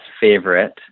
favorite